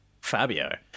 Fabio